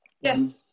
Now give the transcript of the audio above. yes